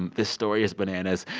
and this story is bananas.